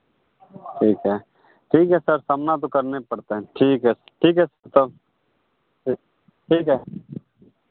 ठीक है ठीक है सर सामना तो करने पड़ते हैं ठीक है ठीक है तब ठीक है